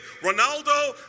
Ronaldo